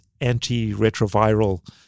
antiretroviral